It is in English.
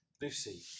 Lucy